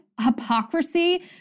hypocrisy